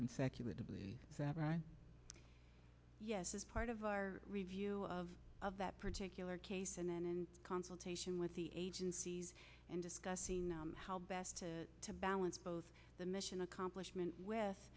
consecutively right yes as part of our review of of that particular case and then in consultation with the agencies and discuss how best to to balance both the mission accomplishment